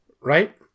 Right